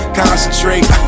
concentrate